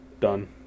done